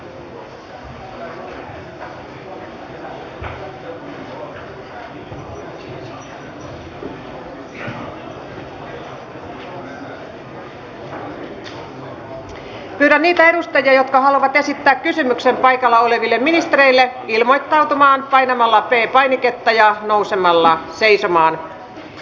pyydän niitä edustajia jotka haluavat esittää kysymyksen paikalla olevalle ministerille ilmoittautumaan painamalla p painiketta ja nousemalla seisomaan